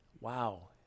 wow